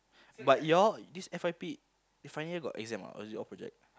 but y'all this F_Y_P final year got exam or not or is it all project